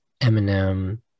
Eminem